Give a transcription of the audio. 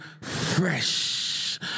fresh